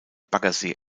baggersee